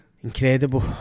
Incredible